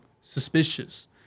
suspicious